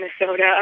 Minnesota